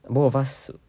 both of us